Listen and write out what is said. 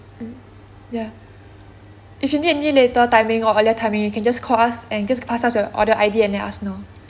mm ya if you need any later timing or earlier timing you can just call us and just pass us your order I_D and let us know